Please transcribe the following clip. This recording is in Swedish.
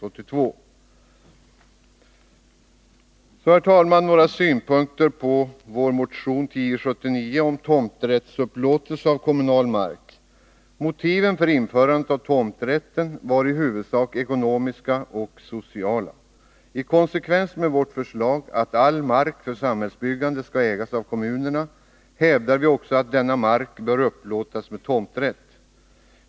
Vidare, herr talman, några synpunkter på vår motion 1079 om tomträttsupplåtelse av kommunal mark. Motiven för införandet av tomträtten var i huvudsak ekonomiska och sociala. I konsekvens med vårt förslag att all mark för samhällsbyggande skall ägas av kommunerna hävdar vi också att denna mark bör upplåtas med tomträtt.